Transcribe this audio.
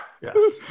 Yes